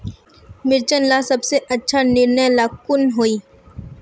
मिर्चन ला सबसे अच्छा निर्णय ला कुन होई?